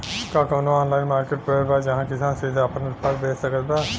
का कउनों online marketplace बा जहां किसान सीधे आपन उत्पाद बेच सकत बा?